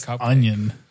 onion